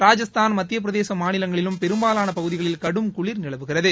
ராஜஸ்தான் மத்தியப்பிரதேசும் மாநிலங்களிலும் பெரும்பாவான பகுதிகளில் கடும்குளிர் நிலவுகிறது